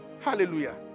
Hallelujah